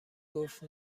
گفت